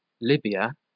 Libya